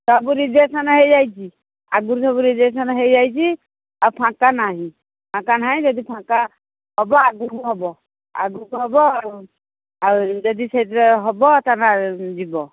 ସବୁ ରିଜେକ୍ସନ ହୋଇଯାଇଛି ଆଗରୁ ସବୁ ରିଜେକ୍ସନ ହୋଇଯାଇଛି ଆଉ ଫାଙ୍କା ନାହିଁ ଫାଙ୍କା ନାହିଁ ଯଦି ଫାଙ୍କା ହେବ ଆଗକୁ ହେବ ଆଗକୁ ହେବ ଆଉ ଯଦି ସେଥିରେ ହେବ ତା ଯିବ